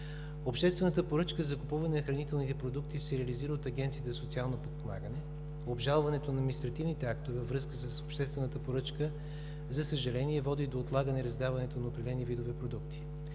Обществената поръчка за закупуване на хранителните продукти се реализира от Агенцията за социално подпомагане. Обжалването на административните актове във връзка с обществената поръчка, за съжаление, води до отлагане раздаването на определени видове продукти.